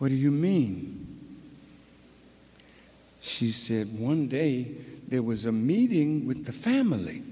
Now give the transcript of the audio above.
what do you mean she said one day there was a meeting with the family